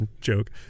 joke